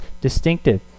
distinctive